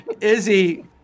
Izzy